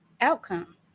outcome